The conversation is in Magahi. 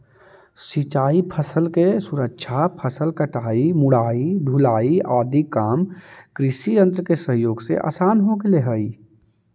सिंचाई फसल के सुरक्षा, फसल कटाई, मढ़ाई, ढुलाई आदि काम कृषियन्त्र के सहयोग से आसान हो गेले हई